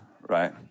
right